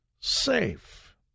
safe